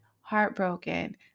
heartbroken